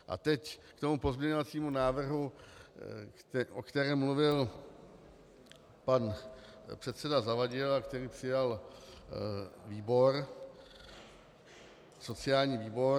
A teď k tomu pozměňovacímu návrhu, o kterém mluvil pan předseda Zavadil a který přijal sociální výbor.